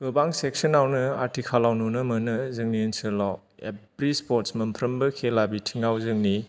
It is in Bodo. गोबां सेकसनावनो आथिखालाव नुनो मोनो जोंनि ओनसोलाव इभिरि स्पर्ट्स मोनफ्रोमबो खेला बिथिङाव जोंनि